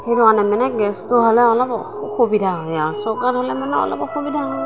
সেইটো কাৰণে মানে গেছটো হ'লে অলপ সুবিধা হয় আৰু চৌকাত হ'লে মানে অলপ অসুবিধা হয়